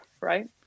right